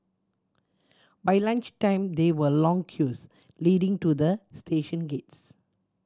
by lunch time there were long queues leading to the station gates